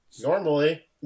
Normally